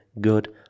good